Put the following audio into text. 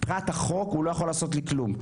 פרט לחוק הוא לא יכול לעשות לי כלום,